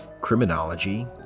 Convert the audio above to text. criminology